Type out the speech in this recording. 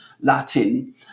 Latin